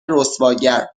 رسواگر